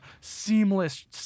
seamless